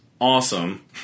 awesome